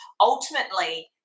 ultimately